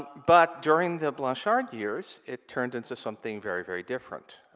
but, during the blanchard years, it turned into something very, very different.